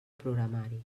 programari